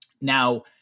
Now